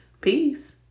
Peace